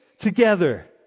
together